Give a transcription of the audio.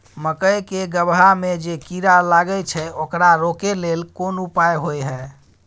मकई के गबहा में जे कीरा लागय छै ओकरा रोके लेल कोन उपाय होय है?